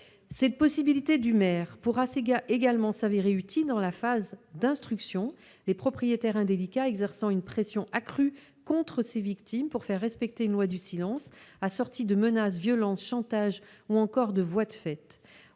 Cette possibilité ouverte au maire pourra également s'avérer utile dans la phase d'instruction, les propriétaires indélicats exerçant une pression accrue contre leurs victimes pour faire respecter une loi du silence assortie de menaces, de violences, de chantages, ou encore de voies de fait.